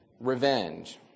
revenge